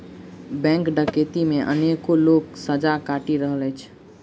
bank डकैती मे अनेको लोक सजा काटि रहल अछि